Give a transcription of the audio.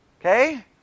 Okay